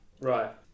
Right